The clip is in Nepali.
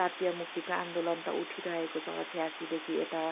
जातीय मुक्तिको आन्दोलन त उठिरहेको छ छयासीदेखि एता